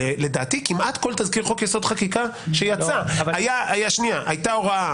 לדעתי כמעט כל תזכיר חוק-יסוד: חקיקה שיצא הייתה הוראה,